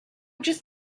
just